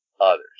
others